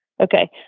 okay